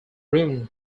ruin